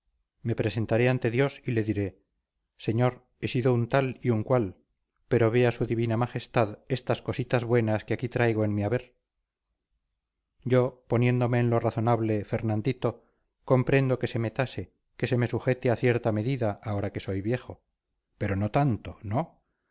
me presentaré ante dios y le diré señor he sido un tal y un cual pero vea su divina majestad estas cositas buenas que aquí traigo en mi haber yo poniéndome en lo razonable fernandito comprendo que se me tase que se me sujete a cierta medida ahora que soy viejo pero no tanto no